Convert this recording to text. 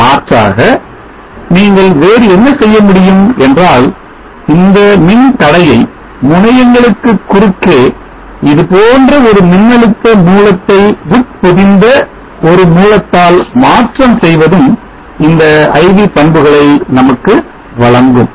மாற்றாக நீங்கள் வேறு என்ன செய்ய முடியும் என்றால் இந்த மின்தடையை முனையங்களுக்கு குறுக்கே இதுபோன்ற ஒரு மின்னழுத்த மூலத்தை உட்பொதிந்த ஒரு மூலத்தால் மாற்றம் செய்வதும் இந்த I V பண்புகளை நமக்கு வழங்கும்